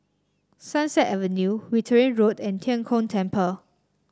Sunset Avenue Wittering Road and Tian Kong Temple